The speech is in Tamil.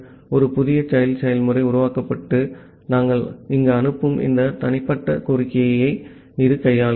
ஒரு புதிய child செயல்முறை உருவாக்கப்பட்டு நாங்கள் இங்கு அனுப்பும் இந்த தனிப்பட்ட கோரிக்கையை இது கையாளுகிறது